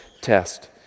test